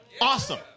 Awesome